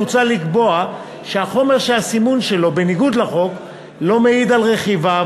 מוצע לקבוע שהחומר שהסימון שלו בניגוד לחוק לא מעיד על רכיביו,